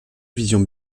visions